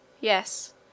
Yes